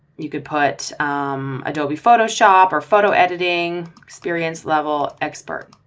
you could put adobe photoshop or photo editing experience level expert.